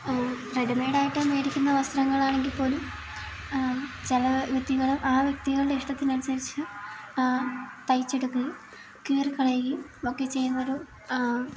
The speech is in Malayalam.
റെഡിമെയ്ഡായിട്ട് മേടിക്കുന്ന വസ്ത്രങ്ങളാണെങ്കിൽ പോലും ചില വ്യക്തികള് ആ വ്യക്തികളുടെ ഇഷ്ടത്തിനനുസരിച്ച് തയിച്ച് എടുക്കുകയും കീറി കളയുകയും ഒക്കെ ചെയ്യുന്ന ഒരു